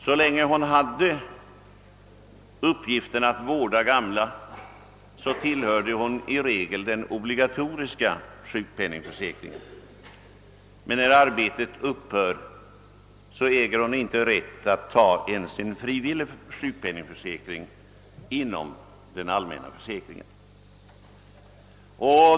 Så länge hon hade uppgiften att vårda de gamla, tillhörde hon i regel den obligatoriska sjukpenningförsäkringen, men när arbetet upphör äger hon inte ens rätt att ta en frivillig sjukpenningförsäkring inom den allmänna försäkringen.